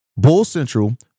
BULLCENTRAL